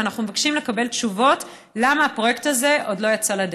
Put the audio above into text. ואנחנו מבקשים לקבל תשובות למה הפרויקט הזה עוד לא יצא לדרך.